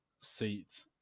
seat